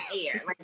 air